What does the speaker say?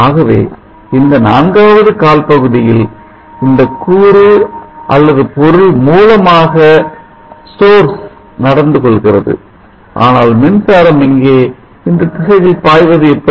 ஆகவே இந்த நான்காவது கால் பகுதியில் இந்தக் கூறு அல்லது பொருள் மூலமாக நடந்துகொள்கிறது ஆனால் மின்சாரம் இங்கே இந்தத் திசையில் பாய்வது எப்படி